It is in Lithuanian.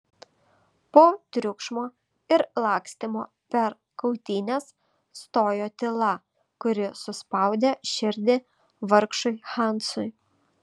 po triukšmo ir lakstymo per kautynes stojo tyla kuri suspaudė širdį vargšui hansui